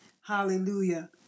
hallelujah